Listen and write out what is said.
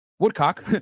woodcock